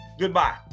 Goodbye